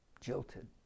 jilted